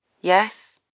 Yes